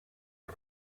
est